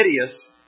hideous